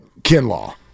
Kinlaw